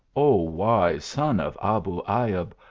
oh! wise son of abu ayub,